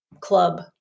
club